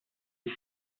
ist